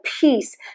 peace